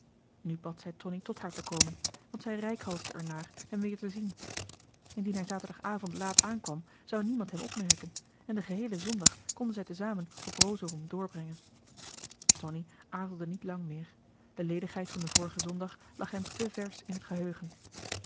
nu bad zij tonie tot haar te komen want zij reikhalsde er naar hem weer te zien indien hij zaterdagavond laat aankwam zou niemand hem opmerken en den geheelen zondag konden zij te zamen op rosorum doorbrengen tonie aarzelde niet lang meer de ledigheid van den vorigen zondag lag hem te versch in het geheugen